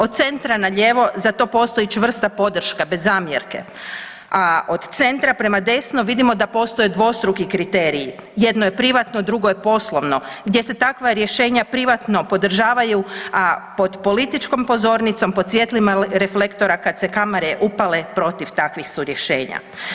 Od centra na lijevo za to postoji čvrsta podrška bez zamjerke, a od centra prema desno vidimo da postoje dvostruki kriteriji, jedno je privatno, drugo je poslovno gdje se takva rješenja privatno podržavaju, a pod političkom pozornicom pod svjetlima reflektora kad se kamere upale protiv takvih su rješenja.